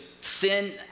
sin